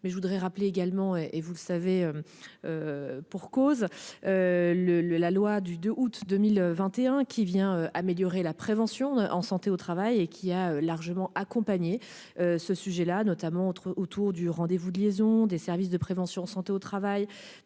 mais je voudrais rappeler également, et, et, vous le savez, pour cause, le le la loi du 2 août 2021 qui vient améliorer la prévention en santé au travail et qui a largement accompagné ce sujet là, notamment entre autour du rendez-vous de liaison des services de prévention santé au travail